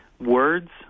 words